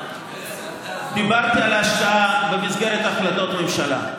דיברתי על ההשקעה במסגרת החלטות ממשלה.